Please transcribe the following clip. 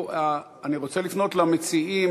אני רוצה לפנות אל המציעים